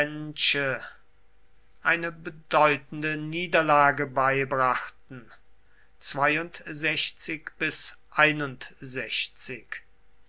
eine bedeutende niederlage beibrachten